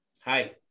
Hi